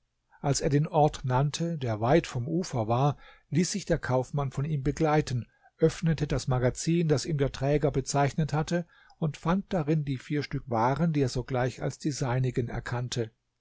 als er den ort nannte der weit vom ufer war ließ sich der kaufmann von ihm begleiten öffnete das magazin das ihm der träger bezeichnet hatte und fand darin die vier stück waren die er sogleich als die seinigen erkannte